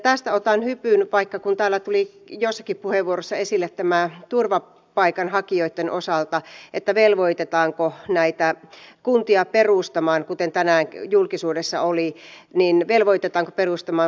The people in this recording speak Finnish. tästä otan hypyn siihen kun täällä tuli joissakin puheenvuoroissa esille näitten turvapaikanhakijoitten osalta velvoitetaanko näitä kuntia perustamaan kuten tänään julkisuudessa oli vastaanottokeskuksia